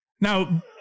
Now